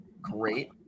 great